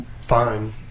fine